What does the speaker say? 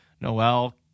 Noel